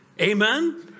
Amen